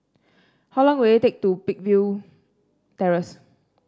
how long will it take to Peakville Terrace